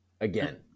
again